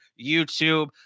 YouTube